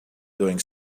doing